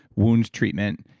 wounds treatment.